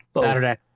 Saturday